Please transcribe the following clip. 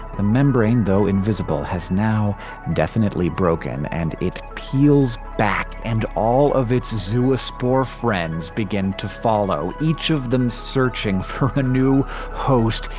the membrane, though invisible, has now definitely broken, and it peels back and all of its zoospore friends begin to follow. each of them searching for a new host.